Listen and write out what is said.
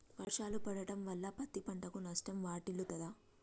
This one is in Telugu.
వర్షాలు పడటం వల్ల పత్తి పంటకు నష్టం వాటిల్లుతదా?